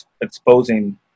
exposing